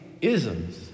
isms